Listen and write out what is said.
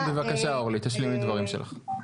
כן, בבקשה אורלי, תשלימי את דברייך.